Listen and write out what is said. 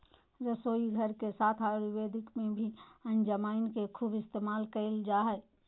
रसोईघर के साथ आयुर्वेद में भी अजवाइन के खूब इस्तेमाल कइल जा हइ